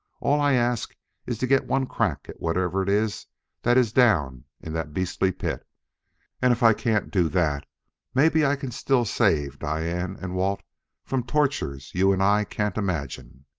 all i ask is to get one crack at whatever it is that is down in that beastly pit and if i can't do that maybe i can still save diane and walt from tortures you and i can't imagine.